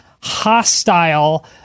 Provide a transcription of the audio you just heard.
hostile